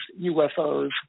UFOs